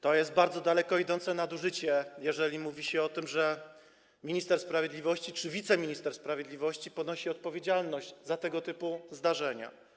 To jest bardzo daleko idące nadużycie, jeżeli mówi się o tym, że minister sprawiedliwości czy wiceminister sprawiedliwości ponosi odpowiedzialność za tego typu zdarzenia.